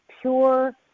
pure